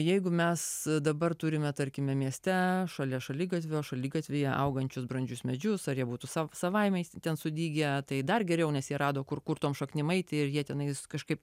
jeigu mes dabar turime tarkime mieste šalia šaligatvio šaligatvyje augančius brandžius medžius ar jie būtų savaime ten sudygę tai dar geriau nes jie rado kur tom šaknim eiti ir jie tenai kažkaip